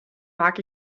mag